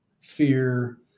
fear